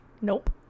Nope